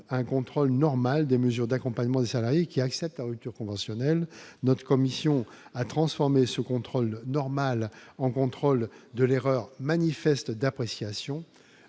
un contrôle normal des mesures d'accompagnement des salariés qui acceptent la rupture conventionnelle notre commission a transformé ce contrôle normal en contrôle de l'erreur manifeste d'appréciation,